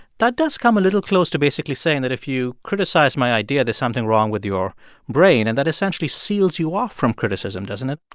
that does come a little close to basically saying that if you criticize my idea, there's something wrong with your brain. and that, essentially, seals you off from criticism, doesn't it?